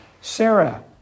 Sarah